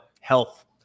health